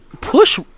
Push